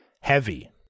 Heavy